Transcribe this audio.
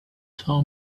saw